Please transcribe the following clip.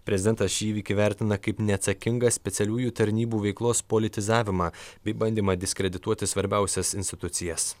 prezidentas šį įvykį vertina kaip neatsakingą specialiųjų tarnybų veiklos politizavimą bei bandymą diskredituoti svarbiausias institucijas